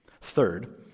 Third